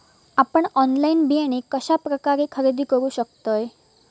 आपन ऑनलाइन बियाणे कश्या प्रकारे खरेदी करू शकतय?